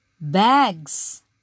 bags